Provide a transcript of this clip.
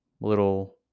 little